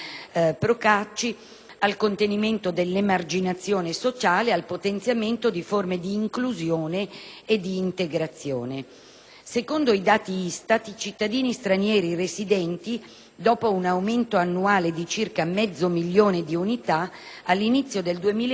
al contenimento dell'emarginazione sociale e al potenzialmente di forme di inclusione e di integrazione. Secondo i dati ISTAT, i cittadini stranieri residenti, dopo un aumento annuale di circa mezzo milione di unità, all'inizio del 2008 sono quasi